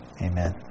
amen